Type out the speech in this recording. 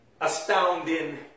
astounding